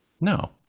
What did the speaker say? No